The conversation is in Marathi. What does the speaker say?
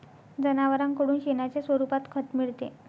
जनावरांकडून शेणाच्या स्वरूपात खत मिळते